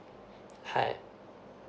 hi